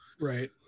right